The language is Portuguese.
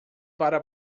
para